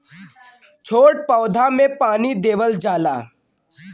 छोट पौधा में पानी देवल जाला